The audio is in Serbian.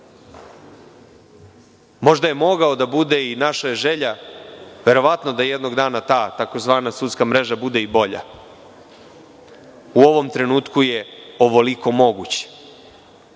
možda je mogao da bude i naša želja, verovatno da jednog dana ta tzv. „sudska mreža“ bude i bolja. U ovom trenutku je ovoliko moguće. Još